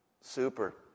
Super